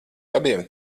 abiem